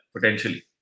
potentially